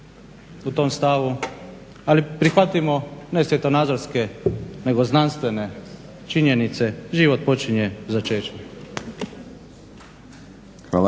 u tom stavu, ali prihvatimo ne svjetonazorske nego znanstvene činjenice, život počinje začećem.